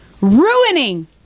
ruining